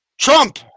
Trump